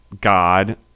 god